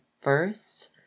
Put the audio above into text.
first